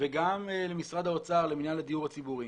וגם למשרד האוצר, למינהל הדיור הציבורי,